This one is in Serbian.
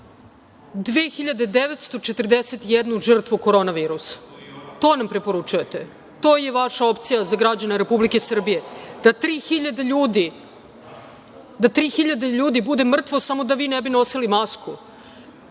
2941 žrtvu Koronavirusa. To nam preporučujete? To je vaša opcija za građane Republike Srbije? Da 3000 ljudi bude mrtvo samo da vi ne bi nosili masku?